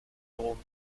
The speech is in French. drôme